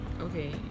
Okay